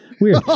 weird